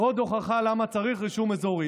עוד הוכחה למה צריך רישום אזורי.